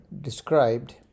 described